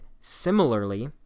similarly